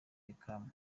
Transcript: beckham